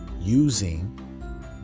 Using